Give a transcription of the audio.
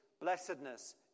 blessedness